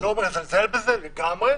לא מזלזל בזה, לגמרי,